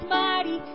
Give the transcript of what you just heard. mighty